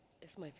that's my fave